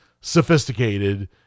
sophisticated